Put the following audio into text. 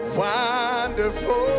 wonderful